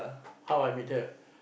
how I meet her